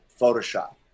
Photoshop